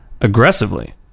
aggressively